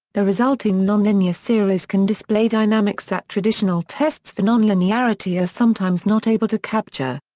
the resulting nonlinear series can display dynamics that traditional tests for nonlinearity are sometimes not able to capture.